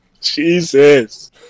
Jesus